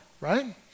right